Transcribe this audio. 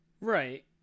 Right